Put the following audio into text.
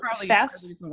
fast